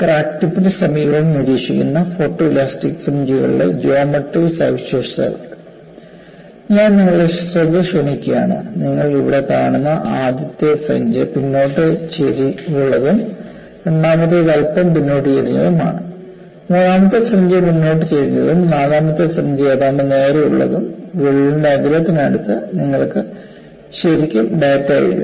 crack ടിപ്പിന് സമീപം നിരീക്ഷിക്കുന്ന ഫോട്ടോലാസ്റ്റിക് ഫ്രിഞ്ച്കളുടെ ജോമട്രി സവിശേഷതകൾ ഞാൻ നിങ്ങളുടെ ശ്രദ്ധ ക്ഷണിക്കുകയാണ് നിങ്ങൾ ഇവിടെ കാണുന്ന ആദ്യത്തെ ഫ്രിഞ്ച് പിന്നോക്ക ചരിവുള്ളതും രണ്ടാമത്തേതും അല്പം പിന്നോട്ട് ചരിഞ്ഞതാണ് മൂന്നാമത്തെ ഫ്രിഞ്ച് മുന്നോട്ട് ചരിഞ്ഞതും നാലാമത്തെ ഫ്രിഞ്ച് ഏതാണ്ട് നേരെ ഉള്ളതും വിള്ളലിന്റെ അഗ്രത്തിനടുത്ത് നിങ്ങൾക്ക് ശരിക്കും ഡാറ്റയില്ല